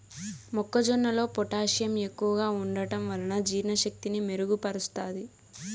మొక్క జొన్నలో పొటాషియం ఎక్కువగా ఉంటడం వలన జీర్ణ శక్తిని మెరుగు పరుస్తాది